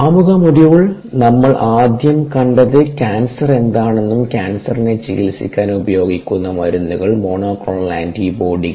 ആമുഖ മൊഡ്യൂൾ നമ്മൾ ആദ്യം കണ്ടത് കാൻസർ എന്താണെന്നും കാൻസറിനെ ചികിത്സിക്കാൻ ഉപയോഗിക്കുന്ന മരുന്നുകൾ മോണോക്ലോണൽ ആന്റിബോഡികൾ